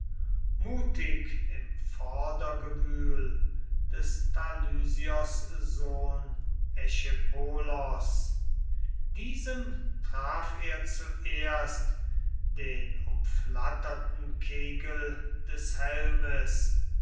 mutig im vordergewühl des thalysios sohn echepolos diesem traf er zuerst den umflatterten kegel des helmes